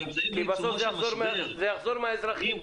כי בסוף זה יחזור מהאזרחים חזרה.